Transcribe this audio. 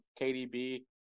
KDB